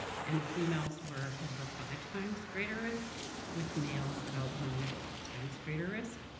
and the females were over five times greater risk with males about one and halftimes greater risk.